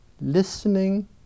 Listening